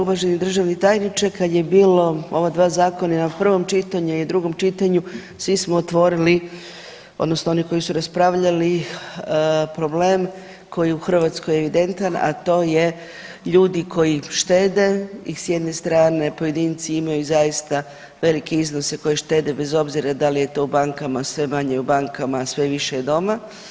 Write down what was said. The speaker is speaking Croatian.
Uvaženi državni tajniče, kad je bilo ova dva zakona i na prvom čitanju i drugom čitanju svi smo otvorili odnosno oni koji su raspravljali problem koji je u Hrvatskoj evidentan, a to je ljudi koji štede i s jedne strane pojedinci imaju zaista veliki iznose koji štede bez obzira da li je to u bankama, sve manje je u bankama, a sve više je doma.